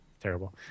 Terrible